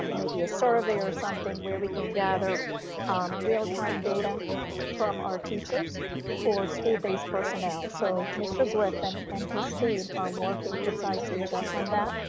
um maybe a sort of survey or something where we can gather real time data from our teachers or school based personnel. so mr. griffin and his team are working precisely just on that.